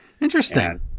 Interesting